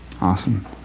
Awesome